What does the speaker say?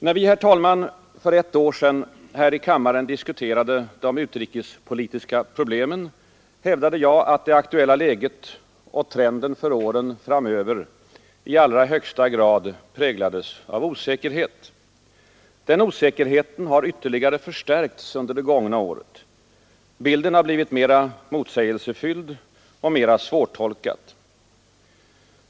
När vi, herr talman, för ett år sedan här i kammaren diskuterade de utrikespolitiska problemen, hävdade jag, att det aktuella läget och trenden för åren framöver i allra högsta grad präglades av osäkerhet. Den osäkerheten har ytterligare förstärkts under det gångna året. Bilden har blivit mera motsägelsefylld och mera svårtolkad.